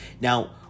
Now